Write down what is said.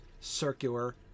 circular